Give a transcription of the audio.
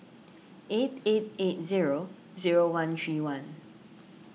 eight eight eight zero zero one three one